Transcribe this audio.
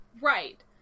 Right